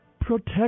Protect